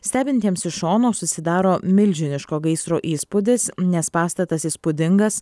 stebintiems iš šono susidaro milžiniško gaisro įspūdis nes pastatas įspūdingas